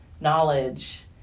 knowledge